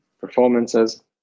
performances